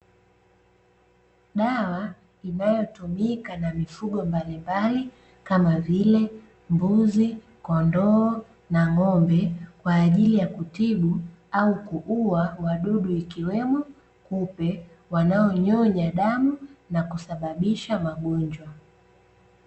Dawa inayotumika na mifugo mbalimbali, kama vile mbuzi, kondoo na ng'ombe, kwa ajili ya kutibu au kuua wadudu, ikiwemo kupe wanonyonya damu na kusababisha magonjwa.